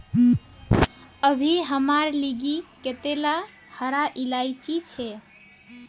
अभी हमार लिगी कतेला हरा इलायची छे